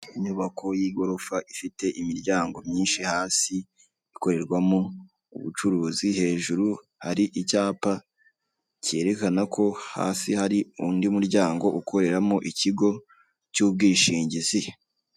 Inyubako y'igorofa ifite imiryango myinshi hasi ikorerwamo ubucuruzi, hejuru hari icyapa kerekana ko hasi hari undi muryango ukoreramo ikigo cy'ubwishingizi.